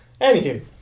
anywho